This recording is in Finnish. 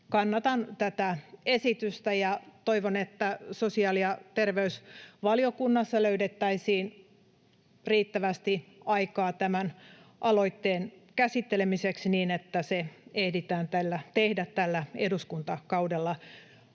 Kannatan tätä esitystä, ja toivon, että sosiaali- ja terveysvaliokunnassa löydettäisiin riittävästi aikaa tämän aloitteen käsittelemiseksi niin, että se ehditään tehdä tällä eduskuntakaudella.